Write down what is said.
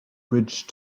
bridge